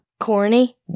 Corny